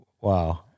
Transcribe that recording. wow